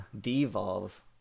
Devolve